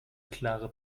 klare